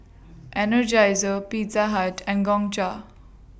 Energizer Pizza Hut and Gongcha